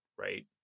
Right